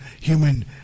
human